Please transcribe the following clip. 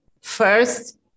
first